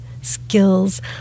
skills